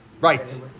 Right